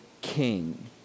king